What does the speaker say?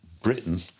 Britain